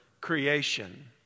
creation